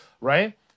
Right